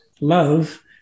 love